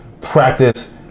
practice